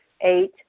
Eight